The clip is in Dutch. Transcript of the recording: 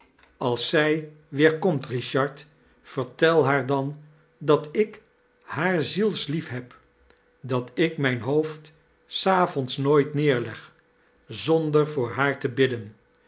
als zij weer komt richard vertel haar dan dat ik haar zielslief heb dat ik mijii hoofd s avonds nooit neerleg zonder voor liaar te bidden